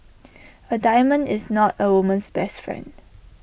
A diamond is not A woman's best friend